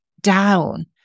down